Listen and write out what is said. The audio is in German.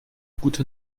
gute